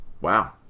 Wow